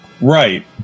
Right